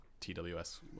TWS